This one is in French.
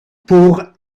pour